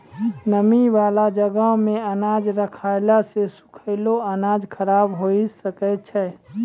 नमी बाला जगहो मे अनाज रखला से सुखलो अनाज खराब हुए सकै छै